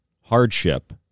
hardship